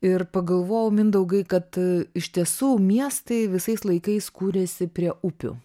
ir pagalvojau mindaugai kad iš tiesų miestai visais laikais kūrėsi prie upių